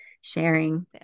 sharing